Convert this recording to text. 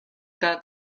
that